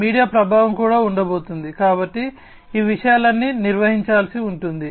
media ప్రభావం కూడా ఉండబోతోంది కాబట్టి ఈ విషయాలన్నీ నిర్వహించాల్సి ఉంటుంది